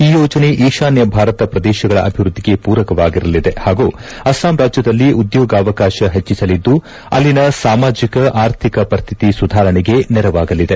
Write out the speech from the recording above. ಈ ಯೋಜನೆ ಈಶಾನ್ಯ ಭಾರತ ಪ್ರದೇಶಗಳ ಅಭಿವೃದ್ಧಿಗೆ ಪೂರಕವಾಗಲಿದೆ ಹಾಗೂ ಅಸ್ಲಾಂ ರಾಜ್ಯದಲ್ಲಿ ಉದ್ಯೋಗಾವಕಾಶ ಹೆಚ್ಚಿಸಲಿದ್ದು ಅಲ್ಲಿನ ಸಾಮಾಜಿಕ ಆರ್ಥಿಕ ಪರಿಸ್ಟಿತಿ ಸುಧಾರಣೆಗೆ ನೆರವಾಗಲಿದೆ